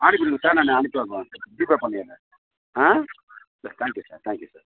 அனுப்பிவிடுங்க சார் நான் அனுப்பிடுறேன் ஜிபே பண்ணிடுறேன் ஆ sir thank you sir thank you sir